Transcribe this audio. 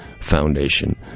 Foundation